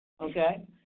Okay